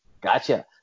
Gotcha